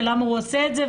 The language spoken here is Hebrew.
למה הוא עושה את זה,